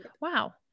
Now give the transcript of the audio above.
Wow